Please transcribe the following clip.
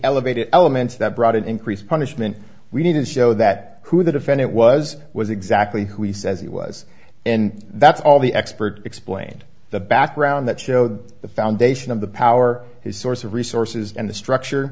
elevated elements that brought it increased punishment we need to show that who the defendant was was exactly who he says he was and that's all the expert explained the background that showed the foundation of the power his source of resources and the structure